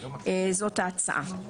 זאת ההצעה.